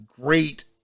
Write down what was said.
great